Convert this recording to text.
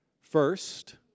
First